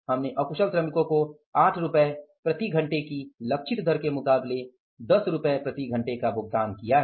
हमने अकुशल श्रमिको को 8 रुपये प्रति घंटे की लक्षित दर के मुकाबले 10 रुपये प्रति घंटे का भुगतान किया है